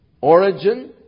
origin